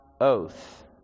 oath